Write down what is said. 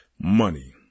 money